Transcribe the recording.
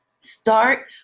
start